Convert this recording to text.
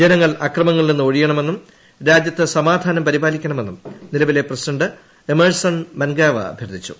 ജനങ്ങൾ അക്രമങ്ങളിൽ നിന്ന് ഒഴിയണമെന്നും രാജ്യത്ത് സമാധാനം പരിപാലിക്കണമെന്നും നിലവിലെ പ്രസിഡന്റ് എമേഴ്സൺ മൻഗാവ അഭ്യർത്ഥിച്ചു